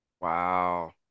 Wow